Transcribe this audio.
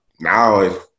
now